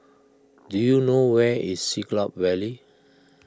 do you know where is Siglap Valley